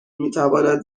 میتواند